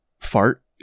fart